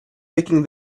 making